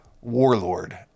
warlord